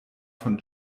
von